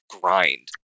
grind